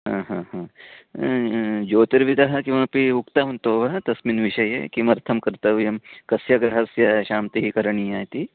आ हाहा ज्योतिर्विदः किमपि उक्तवन्तो वा तस्मिन् विषये किमर्थं कर्तव्यं कस्य ग्रहस्य शान्तिः करणीया इति